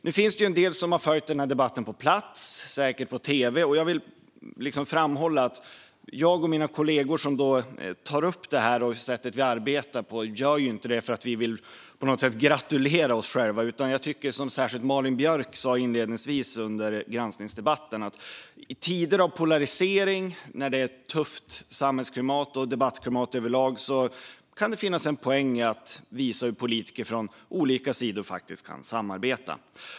Nu finns det en del som har följt denna debatt på plats och på tv, och jag vill framhålla att jag och mina kollegor som tar upp det sätt som vi arbetar på inte gör det för att vi på något sätt vill gratulera oss själva. Malin Björk sa inledningsvis under granskningsdebatten att i tider av polarisering och när det är ett tufft samhällsklimat och debattklimat kan det finnas en poäng i att visa hur politiker från olika sidor faktiskt kan samarbeta.